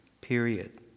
period